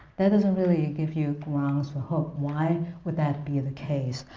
that doesn't really give you grounds for hope. why would that be the case?